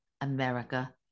America